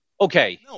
okay